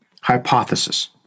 hypothesis